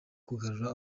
kugarura